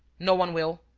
no one will.